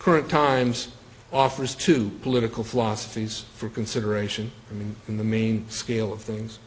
current times offers to political philosophies for consideration in the main scale of things